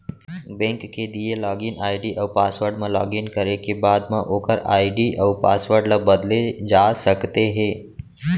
bank के दिए login ID अउ पासवर्ड म लॉगिन करे के बाद म ओकर आईडी अउ पासवर्ड ल बदले जा सकते हे